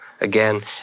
Again